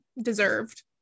Deserved